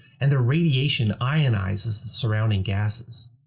and the radiation ionizes the surrounding gases.